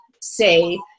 say